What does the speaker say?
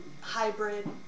hybrid